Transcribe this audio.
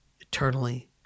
eternally